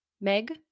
Meg